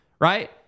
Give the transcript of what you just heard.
Right